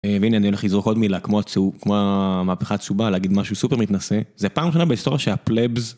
והנה אני הולך לזרוק עוד מילה כמו המהפכה הצהובה להגיד משהו סופר מתנשא זה פעם ראשונה בהיסטוריה שהפלאבס,